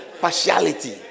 Partiality